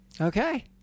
Okay